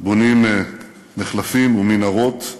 בונים מחלפים ומנהרות,